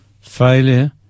failure